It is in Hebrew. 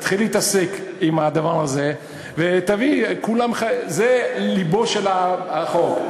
תתחיל להתעסק בדבר הזה ותביא זה לבו של החוק.